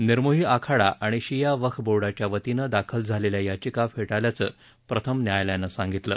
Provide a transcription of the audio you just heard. निर्मोही आखाडा आणि शिया वक्फ बोर्डाच्या वतीनं दाखल झालेल्या याचिका फेटाळल्याचं प्रथम न्यायालयानं सांगितलं